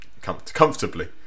comfortably